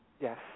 Yes